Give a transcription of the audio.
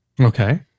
Okay